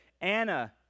Anna